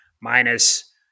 minus